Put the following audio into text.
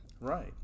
right